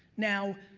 now,